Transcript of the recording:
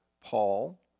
Paul